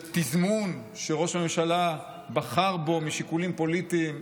תזמון שראש הממשלה בחר בו משיקולים פוליטיים.